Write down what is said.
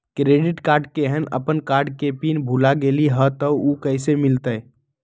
Credit card केहन अपन card के पिन भुला गेलि ह त उ कईसे मिलत?